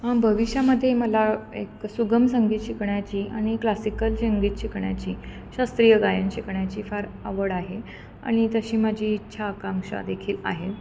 हा भविष्यामध्ये मला एक सुगम संगीत शिकाण्याची आणि क्लासिकल संगीत शिकण्याची शास्त्रीय गायन शिकण्याची फार आवड आहे आणि तशी माझी इच्छा आकांक्षादेखील आहे